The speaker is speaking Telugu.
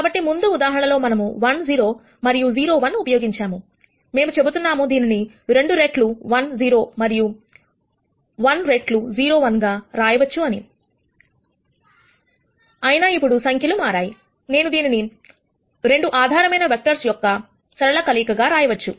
కాబట్టి ముందు ఉదాహరణలో మనము 1 0 మరియు 01 ఉపయోగించాము మేము చెబుతున్నాము దీనిని 2 రెట్లు 1 0 1 రెట్లు 0 1 గా రాయవచ్చు అని అయినా ఇప్పుడు సంఖ్యలు మారాయి నేను దీనిని ఈ 2 ఆధారమైన వెక్టర్స్ యొక్క సరళ కలయిక గా రాయవచ్చు